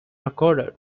recorded